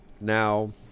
Now